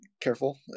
careful